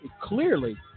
clearly